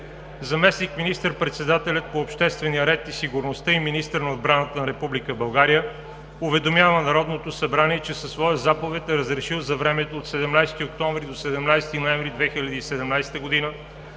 заместник министър-председателят по обществения ред и сигурността и министър на отбраната на Република България уведомява Народното събрание, че със своя заповед е разрешил за времето от 17 октомври 2017 г. до 17 ноември 2017 г.,